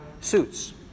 suits